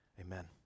Amen